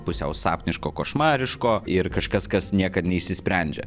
pusiau sapniško košmariško ir kažkas kas niekad neišsisprendžia